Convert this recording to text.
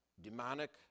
demonic